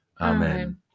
Amen